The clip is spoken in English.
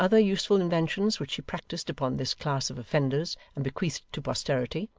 among other useful inventions which she practised upon this class of offenders and bequeathed to posterity,